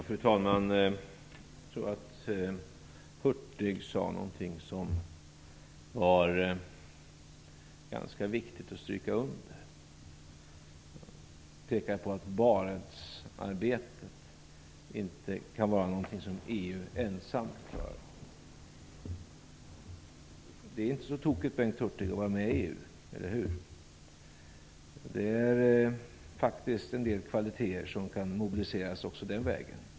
Fru talman! Jag tror att Bengt Hurtig sade någonting som är ganska viktigt att stryka under. Han pekar på att Barentsarbetet inte är någonting som EU ensamt kan klara av. Det är inte så tokigt att vara med i EU. Eller hur, Bengt Hurtig? Det finns faktiskt en del kvaliteter som kan mobiliseras också den vägen.